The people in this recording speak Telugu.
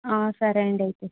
సరే అండి అయితే